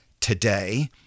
today